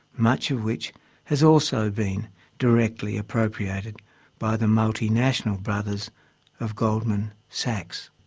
much of which has also been directly appropriated by the multi-national brothers of goldman sachs.